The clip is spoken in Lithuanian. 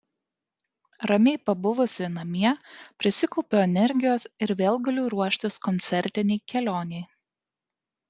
ramiai pabuvusi namie prisikaupiu energijos ir vėl galiu ruoštis koncertinei kelionei